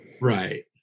Right